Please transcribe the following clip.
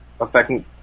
affecting